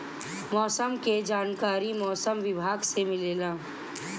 मौसम के जानकारी मौसम विभाग से मिलेला?